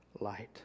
light